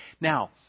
Now